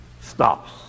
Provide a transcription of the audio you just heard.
stops